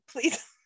please